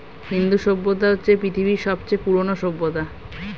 হিন্দু সভ্যতা হচ্ছে পৃথিবীর সবচেয়ে পুরোনো সভ্যতা